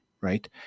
right